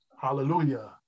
Hallelujah